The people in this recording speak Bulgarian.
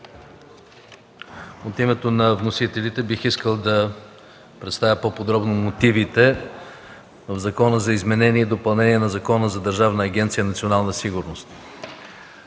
От името на вносителите бих искал да представя по-подробно мотивите на Законопроекта за изменение и допълнение на Закона за Държавна агенция „Национална сигурност”.